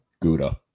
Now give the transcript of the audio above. Gouda